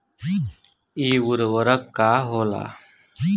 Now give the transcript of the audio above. इ उर्वरक का होला?